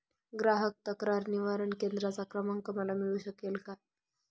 ग्राहक तक्रार निवारण केंद्राचा क्रमांक मला मिळू शकेल का?